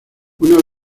una